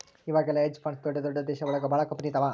ಇವಾಗೆಲ್ಲ hedge funds ದೊಡ್ದ ದೊಡ್ದ ದೇಶ ಒಳಗ ಭಾಳ ಕಂಪನಿ ಇದಾವ